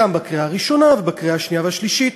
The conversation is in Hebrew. גם בקריאה הראשונה וגם בקריאה השנייה והשלישית,